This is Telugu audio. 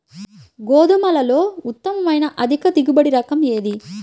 గోధుమలలో ఉత్తమమైన అధిక దిగుబడి రకం ఏది?